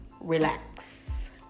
relax